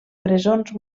presons